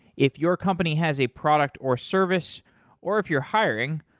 if your company has a product or service or if you're hiring,